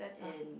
in